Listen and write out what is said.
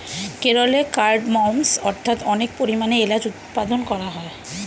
কেরলে কার্ডমমস্ অর্থাৎ অনেক পরিমাণে এলাচ উৎপাদন করা হয়